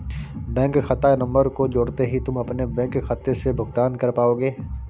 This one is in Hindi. बैंक खाता नंबर को जोड़ते ही तुम अपने बैंक खाते से भुगतान कर पाओगे